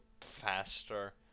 faster